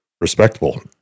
Respectable